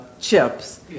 chips